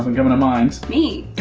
um coming to mind. me.